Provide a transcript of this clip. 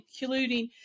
including